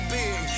big